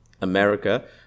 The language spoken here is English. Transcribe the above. America